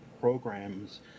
programs